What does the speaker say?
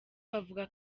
bavuga